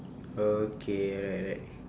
okay alright alright